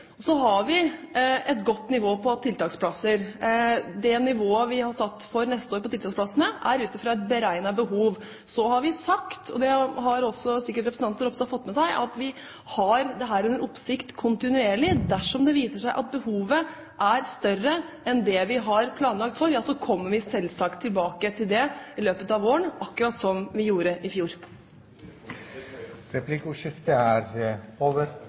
Så har vi et godt nivå på antall tiltaksplasser. Det nivået vi har satt for neste år på tiltaksplassene, er ut fra et beregnet behov. Så har vi sagt, og det har sikkert også representanten Ropstad fått med seg, at vi har dette under oppsikt kontinuerlig. Dersom det viser seg at behovet er større enn det vi har planlagt for, så kommer vi selvsagt tilbake til det i løpet av våren – akkurat som vi gjorde i fjor. Replikkordskiftet er over.